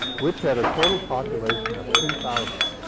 which had a total population of two thousand.